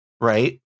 right